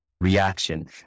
reaction